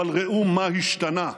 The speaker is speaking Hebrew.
אבל ראו מה השתנה: